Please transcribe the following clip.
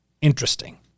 interesting